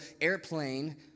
airplane